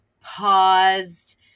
paused